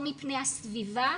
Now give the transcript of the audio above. או מפני הסביבה,